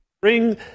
bring